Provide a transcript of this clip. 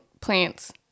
plants